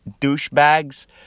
douchebags